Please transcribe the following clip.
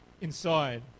inside